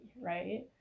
right